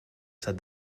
said